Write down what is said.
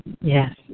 Yes